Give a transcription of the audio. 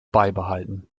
beibehalten